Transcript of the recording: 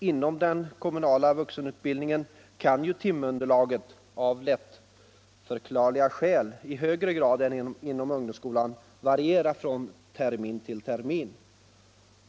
Inom den kommunala vuxenutbildningen kan timunderlaget av lättförklarliga skäl variera från termin till termin i högre grad än inom ungdomsskolan.